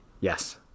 Yes